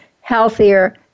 healthier